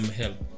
help